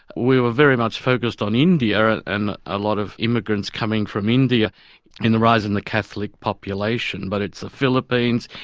we were very much focused on india and a lot of immigrants coming from india in the rise in the catholic population, but it's the philippines,